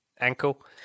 ankle